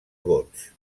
gots